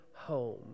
home